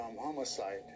Homicide